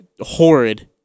horrid